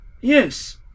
Yes